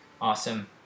Awesome